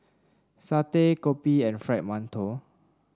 satay kopi and Fried Mantou